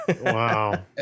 Wow